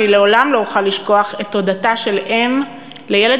אני לעולם לא אוכל לשכוח את תודתה של אם לילד